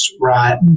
right